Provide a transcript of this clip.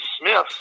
smith